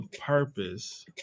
purpose